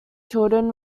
children